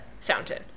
fountain